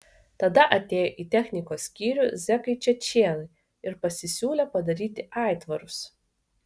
tada atėjo į technikos skyrių zekai čečėnai ir pasisiūlė padaryti aitvarus